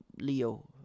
Leo